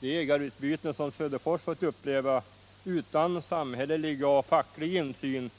De ägarbyten som Söderfors fått uppleva utan samhällelig och facklig insyn